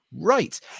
right